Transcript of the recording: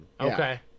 Okay